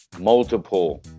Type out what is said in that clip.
multiple